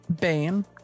Bane